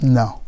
no